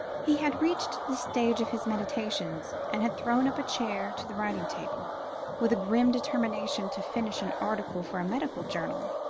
he had reached this stage of his meditations, and had drawn up a chair to the writing-table, with a grim determination to finish an article for a medical journal,